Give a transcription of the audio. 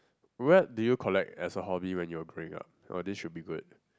what do you collect as a hobby when you were growing up oh this should be good